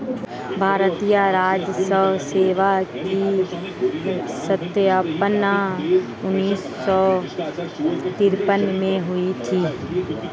भारतीय राजस्व सेवा की स्थापना सन उन्नीस सौ तिरपन में हुई थी